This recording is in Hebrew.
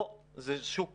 פה זה שוק